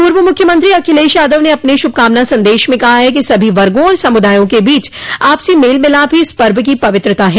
पूर्व मुख्यमंत्री अखिलेश यादव ने अपने श्रभकामना सन्देश में कहा है कि सभी वर्गो और समुदायों के बीच आपसी मेल मिलाप ही इस पर्व की पवित्रता है